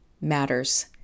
matters